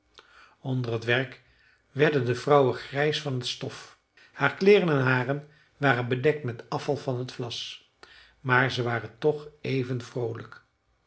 onder het werk werden de vrouwen grijs van t stof haar kleeren en haren waren bedekt met afval van t vlas maar ze waren toch even vroolijk